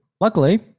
luckily